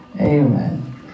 Amen